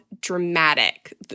dramatic